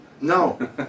No